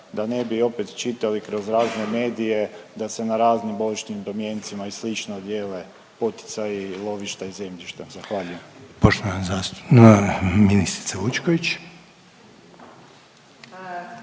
da ne bi opet čitali kroz razne medije da se na raznim božićnim domjencima i slično dijele poticaji, lovišta i zemljišta. Zahvaljujem. **Reiner, Željko